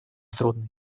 трудной